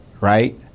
right